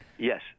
Yes